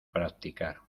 practicar